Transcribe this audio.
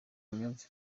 imyumvire